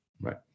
Right